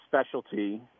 specialty –